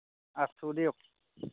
আছো দিয়ক